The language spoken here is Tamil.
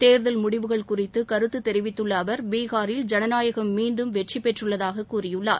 தோதல் முடிவுகள் குறித்து கருத்து தெரிவித்துள்ள அவர் பீகாரில் ஜனநாயகம் மீண்டும் வெற்றி பெற்றுள்ளதாகக் கூறியுள்ளார்